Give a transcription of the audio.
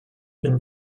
been